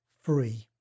free